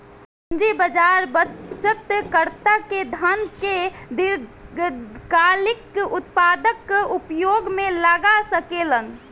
पूंजी बाजार बचतकर्ता के धन के दीर्घकालिक उत्पादक उपयोग में लगा सकेलन